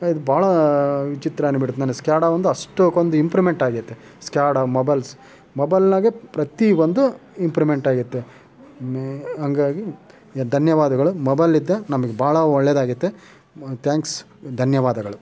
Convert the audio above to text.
ಇದು ಭಾಳ ವಿಚಿತ್ರ ಅನ್ಬಿಡ್ತು ನನಗೆ ಸ್ಕ್ಯಾಡಾ ಒಂದು ಅಷ್ಟಕ್ಕೊಂದು ಇಂಪ್ರೂವ್ಮೆಂಟ್ ಆಗೈತೆ ಸ್ಕ್ಯಾಡಾ ಮೊಬೈಲ್ಸ್ ಮೊಬೈಲ್ನಾಗೆ ಪ್ರತಿ ಒಂದು ಇಂಪ್ರೂವ್ಮೆಂಟ್ ಆಗೈತೆ ಮೆ ಹಂಗಾಗಿ ಧನ್ಯವಾದಗಳು ಮೊಬೈಲ್ನಿಂದ ನಮಗೆ ಭಾಳ ಒಳ್ಳೆದಾಗೈತೆ ಥ್ಯಾಂಕ್ಸ್ ಧನ್ಯವಾದಗಳು